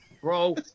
Bro